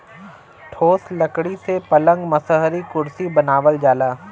ठोस लकड़ी से पलंग मसहरी कुरसी बनावल जाला